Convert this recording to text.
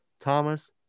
Thomas